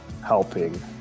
helping